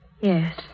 Yes